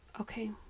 okay